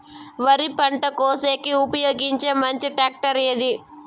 వరి పంట కోసేకి ఉపయోగించే మంచి టాక్టర్ ఏది?